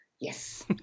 yes